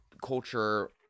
culture